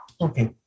Okay